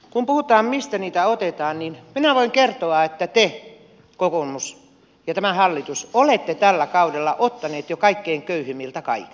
kun puhutaan mistä niitä otetaan niin minä voin kertoa että te kokoomus ja tämä hallitus olette tällä kaudella ottaneet jo kaikkein köyhimmiltä kaiken